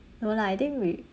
no lah I think we